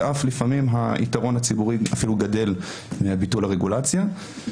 ולפעמים אף היתרון הציבורי גדל מביטול הרגולציה.